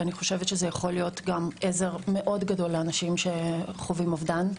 ואני חושבת שזה יכול להיות עזר מאוד גדול לאנשים שחווים אובדן,